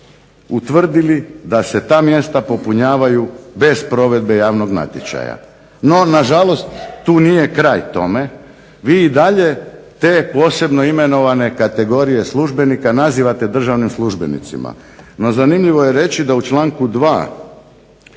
utvrdili da se ta mjesta popunjavaju bez provedbe javnog natječaja. No, nažalost tu nije kraj tome. Vi i dalje posebno imenovane kategorije službenika nazivate državnim službenicima. No zanimljivo je reći da u članku 2.